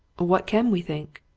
what can we think?